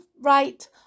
right